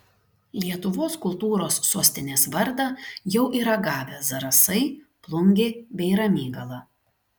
lietuvos kultūros sostinės vardą jau yra gavę zarasai plungė bei ramygala